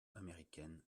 américaine